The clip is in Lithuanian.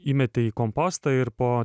įmeti į kompostą ir po